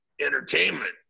entertainment